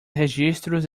registros